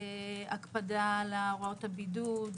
הקפדה על הוראות הבידוד,